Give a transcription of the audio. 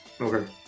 okay